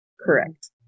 Correct